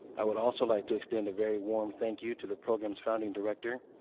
i would also like to extend a very warm thank you to the program's founding director,